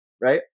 right